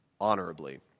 honorably